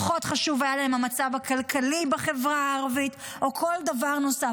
פחות חשוב היה להם המצב הכלכלי בחברה הערבית או כל דבר נוסף.